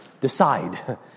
Decide